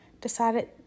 decided